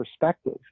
perspective